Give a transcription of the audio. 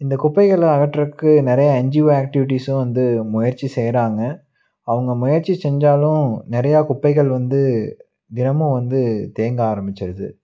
இந்த குப்பைகளை அகற்றதுக்கு நிறைய என்ஜிஓ ஆக்டிவிட்டிஸும் வந்து முயற்சி செய்கிறாங்க அவங்க முயற்சி செஞ்சாலும் நிறைய குப்பைகள் வந்து தினமும் வந்து தேங்க ஆரம்பிச்சுடுது